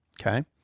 Okay